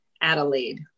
adelaide